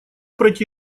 пройти